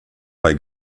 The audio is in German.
bei